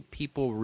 people